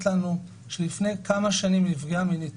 לנו שלפני כמה שנים היא נפגעה מינית